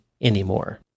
anymore